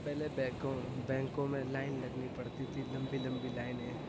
پہلے بیکوں بینکوں میں لائن لگنی پڑتی تھی لمبی لمبی لائنیں